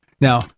now